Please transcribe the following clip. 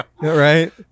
Right